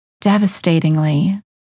devastatingly